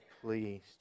pleased